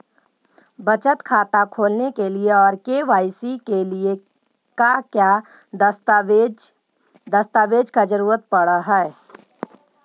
बचत खाता खोलने के लिए और के.वाई.सी के लिए का क्या दस्तावेज़ दस्तावेज़ का जरूरत पड़ हैं?